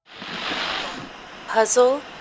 Puzzle